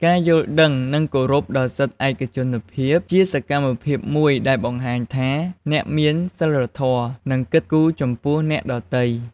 ការយល់ដឹងនិងគោរពដល់សិទ្ធិឯកជនភាពជាសកម្មភាពមួយដែលបង្ហាញថា អ្នកមានសីលធម៌ និងគិតគូរចំពោះអ្នកដទៃ។